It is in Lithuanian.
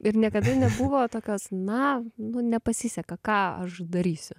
ir niekada nebuvo tokios na nu nepasiseka ką aš darysiu